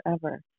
forever